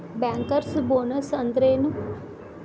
Bankers bonus ಅಂದ್ರೇನು?